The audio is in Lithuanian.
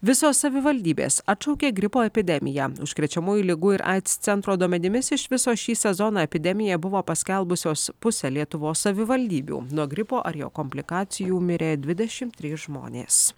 visos savivaldybės atšaukė gripo epidemiją užkrečiamųjų ligų ir aids centro duomenimis iš viso šį sezoną epidemiją buvo paskelbusios pusė lietuvos savivaldybių nuo gripo ar jo komplikacijų mirė dvidešim trys žmonės